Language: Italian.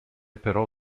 però